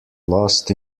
lost